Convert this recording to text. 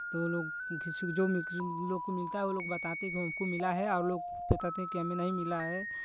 तो लोग किसी जो लोग को मिलता है वो लोग बताते हैं कि हमको मिला है और लोग बताते हैं कि हमें नहीं मिला है